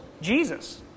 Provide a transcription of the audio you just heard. Jesus